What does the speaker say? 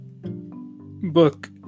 book